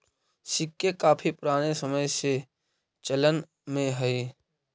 सिक्के काफी पूराने समय से चलन में हई